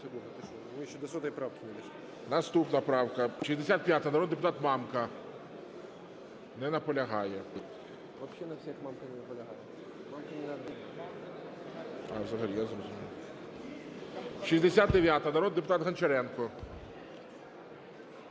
Наступна правка - 65, народний депутата Мамка. Не наполягає. 69-а, народний депутат Гончаренко.